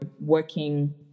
working